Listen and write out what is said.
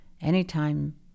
Anytime